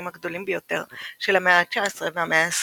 הגדולים ביותר של המאה ה-19 והמאה ה-20.